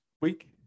week